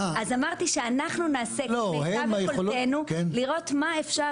אז אמרתי שאנחנו נעשה כמיטב יכולתנו לראות מה אפשר